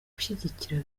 gushyigikira